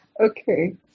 Okay